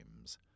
Games